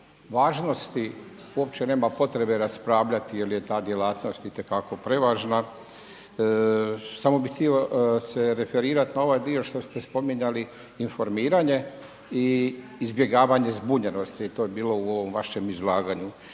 važnosti uopće nema potrebe raspravljati jer je ta djelatnost itekako prevažna. Samo bih htio se referirati na ovaj dio što ste spominjali informiranje i izbjegavanje zbunjenosti, to je bilo u ovom vašem izlaganju.